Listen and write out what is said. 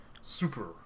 super